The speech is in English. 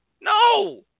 no